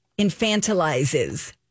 infantilizes